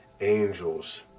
angels